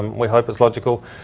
we hope it's logical.